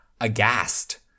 aghast